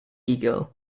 eagle